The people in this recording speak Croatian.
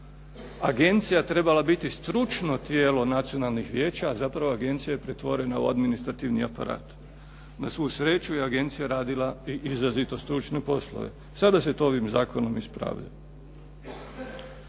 agencija trebala biti stručno tijelo nacionalnih vijeća, zapravo agencija je pretvorena u administrativni aparat. Na svu sreću je agencija radila izrazito stručne poslove. Sada se to ovim zakonom ispravlja.